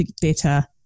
better